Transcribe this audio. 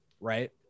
right